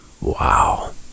Wow